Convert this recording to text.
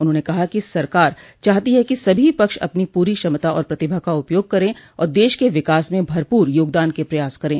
उन्होंने कहा कि सरकार चाहती है कि सभी पक्ष अपनी प्ररी क्षमता और प्रतिभा का उपयोग करें और देश के विकास में भरप्र योगदान के प्रयास करें